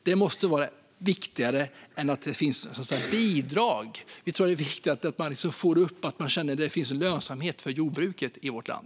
Det måste vara viktigare än att det finns bidrag. Vi tror att det är viktigt att det finns en lönsamhet för jordbruket i vårt land.